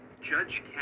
Judge